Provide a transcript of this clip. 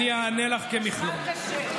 אני אענה לך כמכלול.